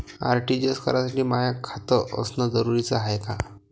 RTGS करासाठी माय खात असनं जरुरीच हाय का?